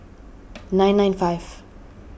nine nine five